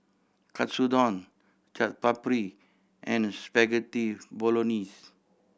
Katsudon Chaat Papri and Spaghetti Bolognese